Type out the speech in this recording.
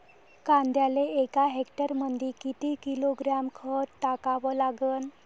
कांद्याले एका हेक्टरमंदी किती किलोग्रॅम खत टाकावं लागन?